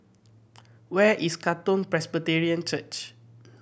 where is Katong Presbyterian Church